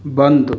बंद